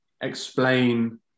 explain